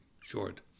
short